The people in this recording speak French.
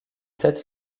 sept